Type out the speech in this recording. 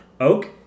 oak